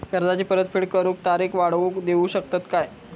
कर्जाची परत फेड करूक तारीख वाढवून देऊ शकतत काय?